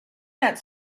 that